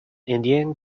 indian